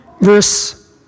verse